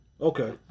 Okay